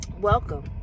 welcome